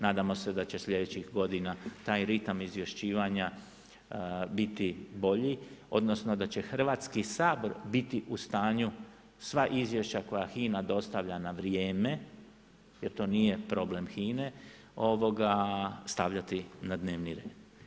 Nadamo se da će slijedećih godina taj ritam izvješćivanja biti bolje, odnosno da će Hrvatski sabor biti u stanju sva izvješća koja HINA dostavlja na vrijeme jer to nije problem HINA-e, ovoga, stavljati na dnevni red.